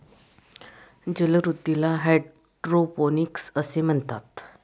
जलवृद्धीला हायड्रोपोनिक्स असे म्हणतात